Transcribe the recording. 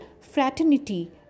fraternity